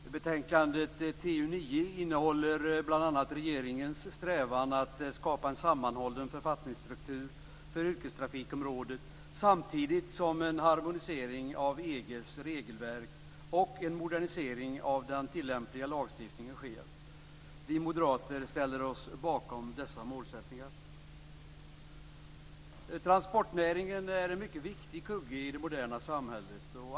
Fru talman! Betänkandet TU9 innehåller bl.a. regeringens strävan att skapa en sammanhållen författningsstruktur för yrkestrafikområdet samtidigt som en harmonisering av EG:s regelverk och en modernisering av den tillämpliga lagstiftningen sker. Vi moderater ställer oss bakom dessa målsättningar. Transportnäringen är en mycket viktig kugge i det moderna samhället.